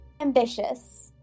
Ambitious